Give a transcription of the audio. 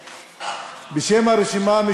בשביל זה נבחרנו.